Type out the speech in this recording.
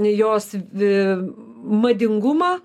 jos vi madingumą